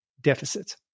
deficit